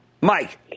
Mike